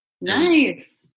nice